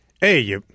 hey